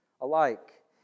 alike